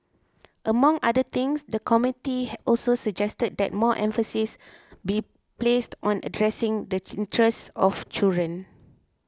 among other things the committee also suggested that more emphasis be placed on addressing the interests of children